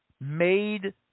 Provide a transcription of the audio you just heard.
made